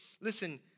listen